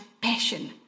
passion